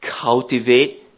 cultivate